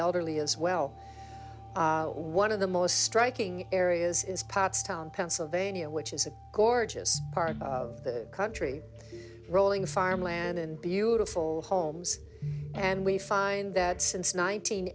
elderly as well one of the most striking areas is pottstown pennsylvania which is a gorgeous part of the country rolling farmland and beautiful homes and we find that since nine